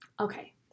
Okay